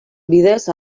bidez